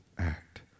act